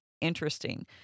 interesting